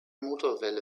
motorwelle